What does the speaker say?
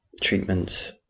treatment